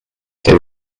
they